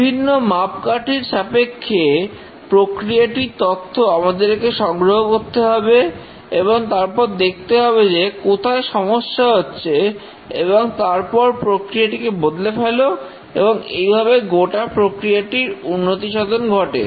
বিভিন্ন মাপকাঠির সাপেক্ষে প্রক্রিয়াটির তথ্য আমাদেরকে সংগ্রহ করতে হবে এবং তারপর দেখতে হবে যে কোথায় সমস্যা হচ্ছে এবং তারপর প্রক্রিয়াটিকে বদলে ফেলো এবং এই ভাবে গোটা প্রক্রিয়াটির উন্নতিসাধন ঘটে